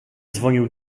dzwonił